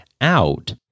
out